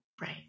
Right